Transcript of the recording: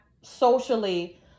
socially